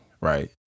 right